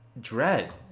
dread